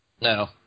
no